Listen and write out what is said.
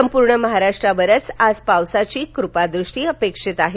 संपूर्ण महाराष्ट्रावरच आज पावसाची कृपादृष्टी अपेक्षित आहे